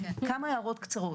כמה הערות קצרות,